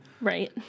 Right